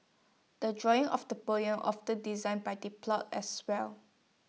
the drawing of the poem often designed by the plot as well